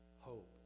hope